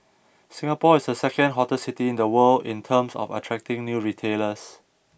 Singapore is the second hottest city in the world in terms of attracting new retailers